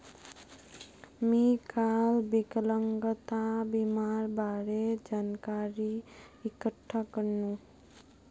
मी काल विकलांगता बीमार बारे जानकारी इकठ्ठा करनु